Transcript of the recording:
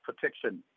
protection